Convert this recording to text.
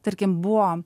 tarkim buvo